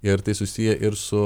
ir tai susiję ir su